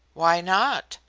why not?